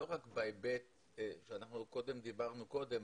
לא רק בהיבט שדיברנו קודם,